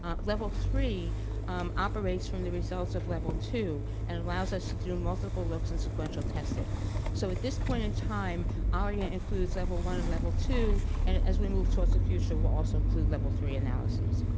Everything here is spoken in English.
um level three operates from the results of level two and allows us to do multiple looks and sequential testing so at this point in time aria includes level one and level two and as we move towards the future will also include level three analysis.